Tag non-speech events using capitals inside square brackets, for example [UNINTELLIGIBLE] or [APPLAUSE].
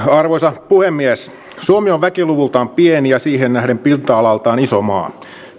[UNINTELLIGIBLE] arvoisa puhemies suomi on väkiluvultaan pieni ja siihen nähden pinta alaltaan iso maa